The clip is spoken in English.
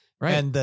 right